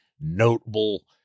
notable